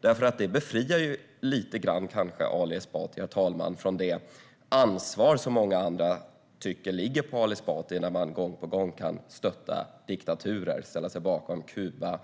Det befriar kanske Ali Esbati lite från det ansvar som många andra tycker ligger på honom när han gång på gång stöttar diktaturer och ställer sig bakom Kuba och